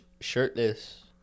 shirtless